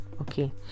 Okay